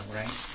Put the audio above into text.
right